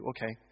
Okay